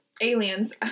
Aliens